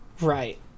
Right